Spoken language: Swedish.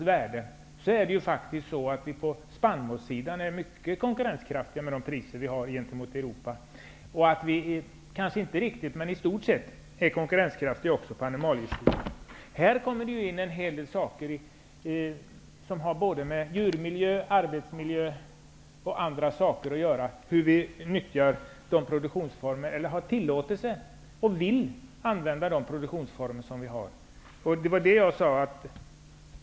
Sverige mycket konkurrenskraftigt i fråga om priserna på spannmålssidan gentemot Europa. Sverige är också i stort sett konkurrenskraftigt även på animaliesidan. Här kommer en hel del frågor in som rör djurmiljö, arbetsmiljö osv. Det gäller hur vi nyttjar, har tillåtelse och vill använda de produktionsformer som finns.